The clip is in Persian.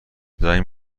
زنگ